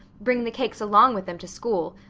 bring the cakes along with them to school,